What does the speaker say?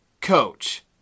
coach